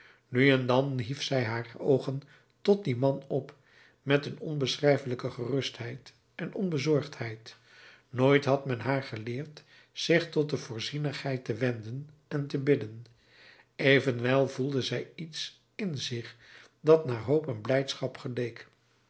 nu en dan hief zij haar oogen tot dien man op met een onbeschrijfelijke gerustheid en onbezorgdheid nooit had men haar geleerd zich tot de voorzienigheid te wenden en te bidden evenwel voelde zij iets in zich dat naar hoop en blijdschap geleek